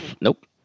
Nope